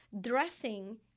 dressing